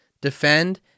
defend